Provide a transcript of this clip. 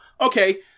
okay